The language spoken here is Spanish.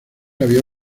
había